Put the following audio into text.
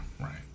right